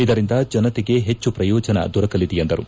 ಇದರಿಂದ ಜನತೆಗೆ ಹೆಚ್ಚು ಪ್ರಯೋಜನ ದೊರಕಲಿದೆ ಎಂದರು